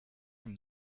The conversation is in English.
from